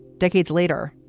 decades later,